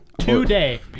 Today